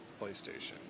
playstation